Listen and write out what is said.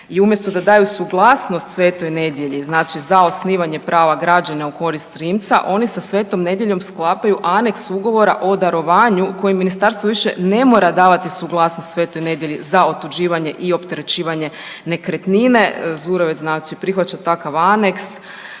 i umjesto da daju suglasnost Sv. Nedelji za osnivanje prava građenja u korist Rimca oni sa Sv. Nedeljom sklapaju aneks ugovora o darovanju koje ministarstvo više ne mora davati suglasnost Sv. Nedelji za otuđivanje i opterećivanje nekretnine. Zurovec prihvaća takav aneks